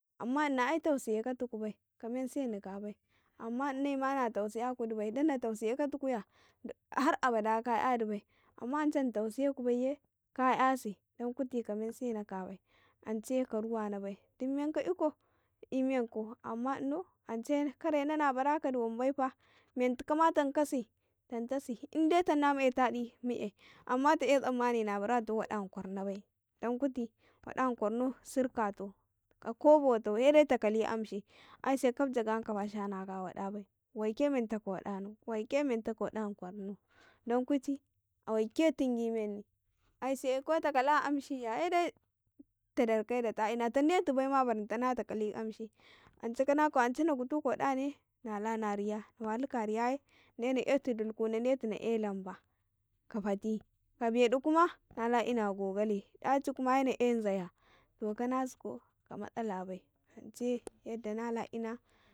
﻿Amma inau ai tausaye katuku bai kamen seni ka bai amma ini ma na tausaya kudi bai dan na tausaye kuya har abada ka''yadi bai amma ance na tausiye ku baiye ka '' yasi kamen sena ka bai dan kuti ka amuna bai iymenku amma inan ance kare na na bara kadi wambaifa mentukama tantasi inde tana na mu'e tadi mu'e amma ta'e tsammani na barata waɗa ma kwarna bai dan kuti waɗa ma kwarno sirka tan ko goto sai de ta kali amshi ai se gid jaga''yan kaba shanaka a wa ɗa bai waike mentaka waɗanau, wai ke mentaka wada ma kwarhnau da kuti waike tungi menni aise ko ta kala amshi sai de ta darka mandi ta ina ta detu baima baran tana ta kali kamshi ance kana ka ya ance na guftu ka wadanaye nalana a riya, na waluka a riyaye na etu dulku na detu na e lamba kafati ka beɗi kuma nala ina gogale daci kuma sai na eyi nzaya to kanasi ko ka matsala bai ance mandi nala ina.